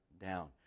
down